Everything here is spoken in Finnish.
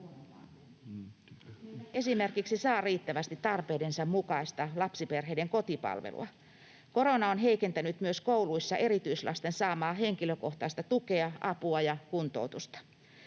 esimerkiksi saa riittävästi tarpeidensa mukaista lapsiperheiden kotipalvelua. Korona on heikentänyt myös kouluissa erityislasten saamaa henkilökohtaista tukea, apua ja kuntoutusta.